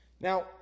Now